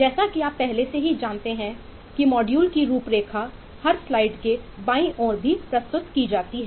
जैसा कि आप पहले से ही जानते हैं कि मॉड्यूल की रूपरेखा हर स्लाइड के बाईं ओर भी प्रस्तुत की जाती है